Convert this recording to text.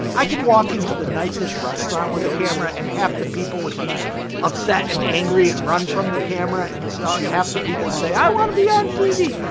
i could walk into the nicest restaurant with a camera and half the people would be upset and angry and run from the camera and also so half the people would say, i want to be on tv,